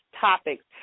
topics